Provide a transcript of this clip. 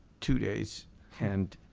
two days and